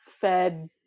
fed